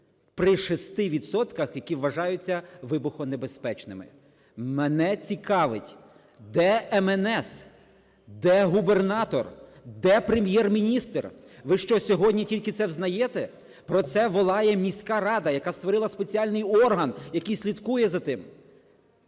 які вважаються вибухонебезпечними. Мене цікавить, де МНС, де губернатор, де Прем'єр-міністр? Ви що, сьогодні тільки це взнаєте? Про це волає міська рада, яка створила спеціальний орган, який слідкує за тим.